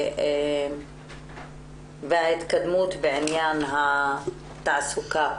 וההתקדמות בעניין התעסוקה.